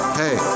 hey